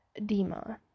dima